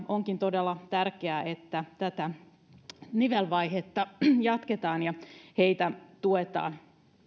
onkin todella tärkeää että tätä nivelvaihetta jatketaan ja heitä tuetaan